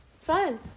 fun